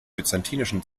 byzantinischen